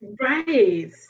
Right